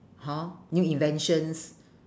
hor new inventions